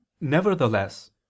Nevertheless